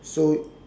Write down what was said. so